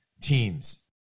teams